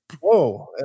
whoa